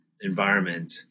environment